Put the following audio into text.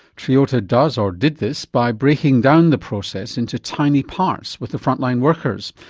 toyota does or did this by breaking down the process into tiny parts with the front-line workers,